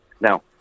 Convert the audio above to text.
Now